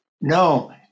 No